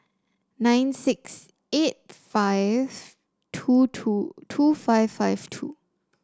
nine six eight five two two two five five two